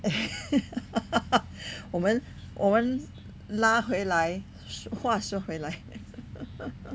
我们我们拉回来话说回来